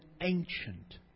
ancient